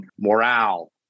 morale